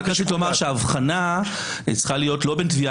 רק ראשית לומר שההבחנה צריכה להיות לא בין תביעה